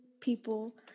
people